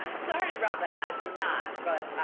sorry about that. i do not. but